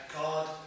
God